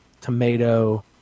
tomato